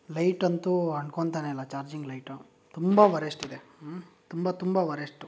light ಅಂತೂ ಅಂಟ್ಕೊತಾನೆ ಇಲ್ಲ ಚಾರ್ಜಿಂಗ್ ಲೈಟು ತುಂಬ ವರೆಶ್ಟ್ ಇದೆ ತುಂಬ ತುಂಬ ವರೆಶ್ಟು